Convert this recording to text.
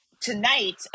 tonight